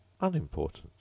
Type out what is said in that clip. unimportant